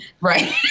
Right